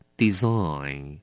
,design 。